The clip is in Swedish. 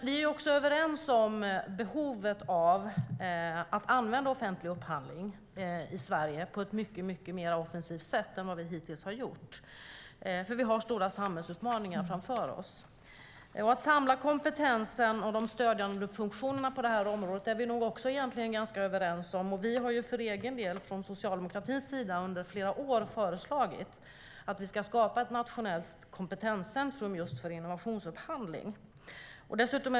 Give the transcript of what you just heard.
Vi är också överens om behovet av att använda offentlig upphandling i Sverige på ett mycket mer offensivt sätt än vi hittills har gjort. Vi har nämligen stora samhällsutmaningar framför oss. Att samla kompetensen och de stödjande funktionerna på detta område är vi nog också överens om. Från socialdemokratin har vi under flera år föreslagit att vi ska skapa ett nationellt kompetenscentrum för innovationsupphandling.